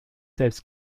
selbst